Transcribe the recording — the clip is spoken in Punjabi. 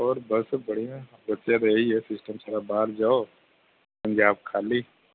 ਔਰ ਬਸ ਵਧੀਆ ਬੱਚਿਆਂ ਦਾ ਇਹ ਹੀ ਹੈ ਸਿਸਟਮ ਸਾਰਾ ਬਾਹਰ ਜਾਓ ਪੰਜਾਬ ਖਾਲੀ